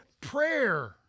prayer